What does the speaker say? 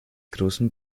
großen